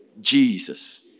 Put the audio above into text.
Jesus